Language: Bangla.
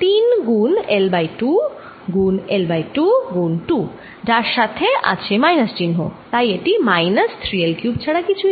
3 গুণ L বাই 2 গুণ L বাই 2 গুণ 2 যার সাথে আছে মাইনাস চিহ্ন তাই এটি মাইনাস 3 L কিউব ছাড়া কিছুই নয়